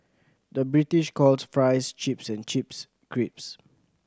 the British calls fries chips and chips crisps